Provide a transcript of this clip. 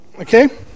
Okay